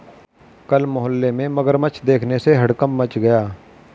कल मोहल्ले में मगरमच्छ देखने से हड़कंप मच गया